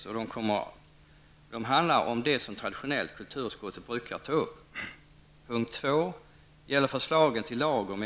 Dessa punkter handlar om sådant som kulturutskottet traditionellt brukar ta upp.